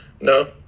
No